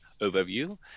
overview